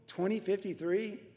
2053